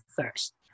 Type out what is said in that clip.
first